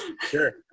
Sure